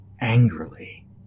angrily